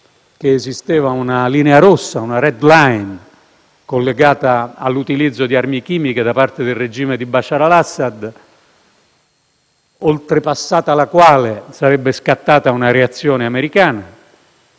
che esisteva una linea rossa, una *red line*, collegata all'utilizzo di armi chimiche da parte del regime di Bashar al-Assad, oltrepassata la quale sarebbe scattata una reazione americana.